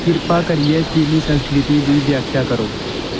किरपा करियै चीनी संस्कृति दी व्याख्या करो